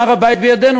הר-הבית בידינו,